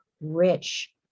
rich